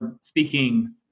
speaking